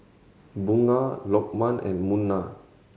Bunga Lokman and Munah